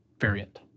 variant